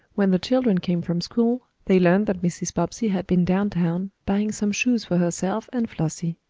when the children came from school they learned that mrs. bobbsey had been down-town, buying some shoes for herself and flossie.